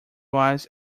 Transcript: was